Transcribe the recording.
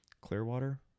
Clearwater